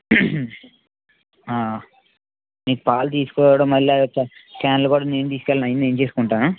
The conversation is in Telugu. మీకు పాలు తీసుకోవడం మళ్ళీ అది ఒక క్యాన్లు కూడా నేను తీసుకు వెళ్ళడం అవి అన్నీ నేను చేసుకుంటాను